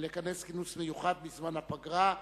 לכנס מיוחד בזמן הפגרה,